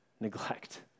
neglect